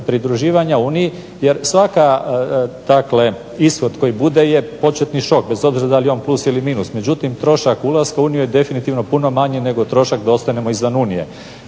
pridruživanja Uniji jer svaka, dakle ishod koji bude je početni šok bez obzira da li je on plus ili minus. Međutim, trošak ulaska u Uniju je definitivno puno manji nego trošak da ostanemo izvan Unije.